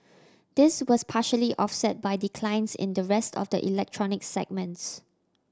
this was partially offset by declines in the rest of the electronic segments